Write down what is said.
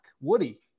Woody